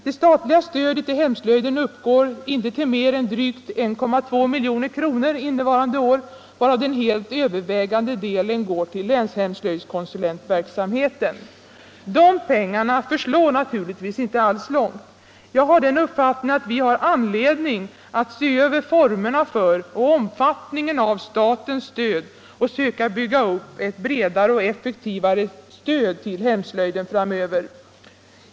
Det statliga stödet till hemslöjden uppgår inte till mer än drygt 1,2 milj.kr. innevarande år, varav den helt övervägande delen går till länshemslöjdskonsulentverksamheten. De pengarna förslår naturligtvis inte alls långt. Jag har den uppfattningen att vi har anledning att se över formerna för och omfattningen av statens stöd och söka bygga upp ett bredare och effektivare stöd till hemslöjden framöver.